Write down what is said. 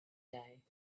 day